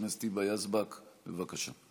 חברת הכנסת היבה יזבק, בבקשה.